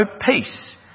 peace